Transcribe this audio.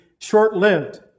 Short-lived